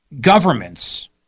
governments